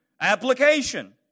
application